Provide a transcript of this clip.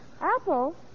Apple